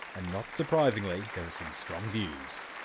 and not surprisingly, there are some strong views.